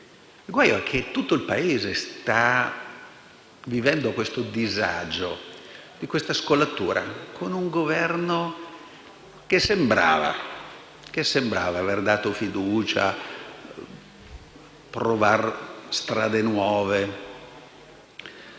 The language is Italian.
Il guaio è che tutto il Paese sta vivendo questo disagio e questa scollatura, con un Governo che sembrava aver dato fiducia e voler provare strade nuove.